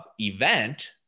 event